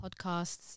podcasts